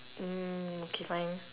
mm okay fine